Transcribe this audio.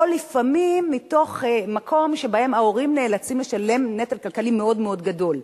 או לפעמים מתוך מקום שבו ההורים נאלצים לשאת נטל כלכלי מאוד מאוד גדול.